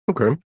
Okay